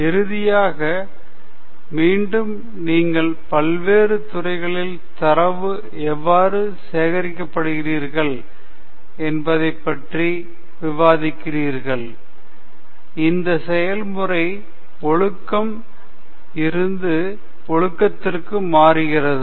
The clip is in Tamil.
இறுதியாக மீண்டும் நீங்கள் பல்வேறு துறைகளில் தரவு எவ்வாறு சேகரிக்கப்படுகிறீர்கள் என்பதைப் பற்றி விவாதிக்கிறீர்கள் இந்த செயல்முறை ஒழுக்கம் இருந்து ஒழுக்கத்திற்கு மாறுகிறது